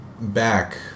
back